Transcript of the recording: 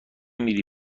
میری